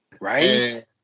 Right